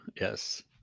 Yes